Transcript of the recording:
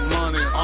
money